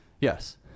Yes